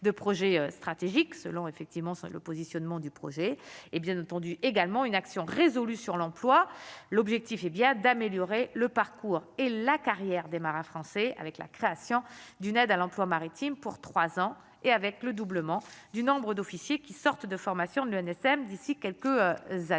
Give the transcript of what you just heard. de projets stratégiques selon effectivement sur le positionnement du projet et bien entendu également une action résolue sur l'emploi, l'objectif est bien d'améliorer le parcours et la carrière des marins français, avec la création d'une aide à l'emploi maritime pour 3 ans et avec le doublement du nombre d'officiers qui sortent de formation de l'ANSM d'ici quelques années,